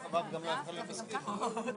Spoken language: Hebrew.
אתם אמורים להיות הארגונים שלהם.